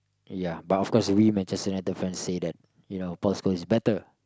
ya but of course we Manchester-United fans say that you know Post Coast is better